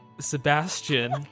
Sebastian